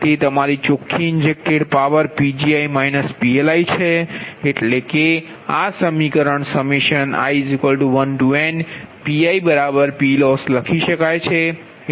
તે તમારી ચોખ્ખી ઇન્જેક્ટેડ પાવર Pgi PLi છે એટલે કે આ સમીકરણ i1nPiPloss લખી શકાય છે